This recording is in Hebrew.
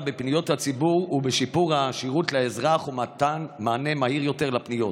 בפניות הציבור ובשיפור השירות לאזרח ומתן מענה מהיר יותר לפניות.